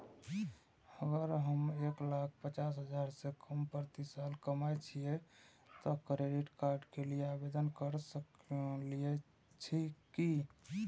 अगर हम एक लाख पचास हजार से कम प्रति साल कमाय छियै त क्रेडिट कार्ड के लिये आवेदन कर सकलियै की?